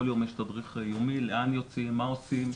כל יום יש תדריך יומי לאן יוצאים, מה עושים,